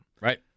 right